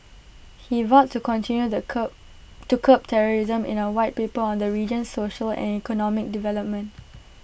he vowed to continue the curb to curb terrorism in A White Paper on the region's social and economic development